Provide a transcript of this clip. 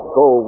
go